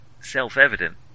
self-evident